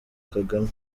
kagame